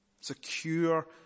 secure